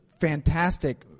fantastic